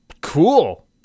Cool